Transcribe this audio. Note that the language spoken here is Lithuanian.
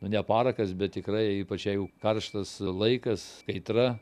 nu ne parakas bet tikrai ypač jeigu karštas laikas kaitra